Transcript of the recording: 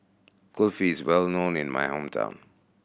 kulfi is well known in my hometown